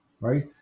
Right